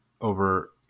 over